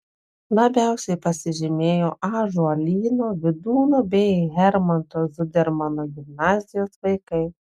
labiausiai pasižymėjo ąžuolyno vydūno bei hermano zudermano gimnazijos vaikai